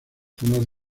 zonas